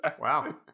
Wow